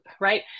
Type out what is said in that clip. right